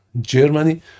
Germany